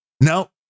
no